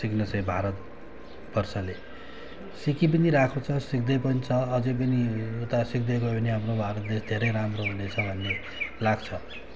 सिक्न चाहिँ भारतवर्षले सिकी पनि रहेको छ सिक्दै पनि छ अझै पनि उता सिक्दैगयो भने हाम्रो भारत देश धेरै राम्रो हुनेछ भन्ने लाग्छ